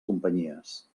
companyies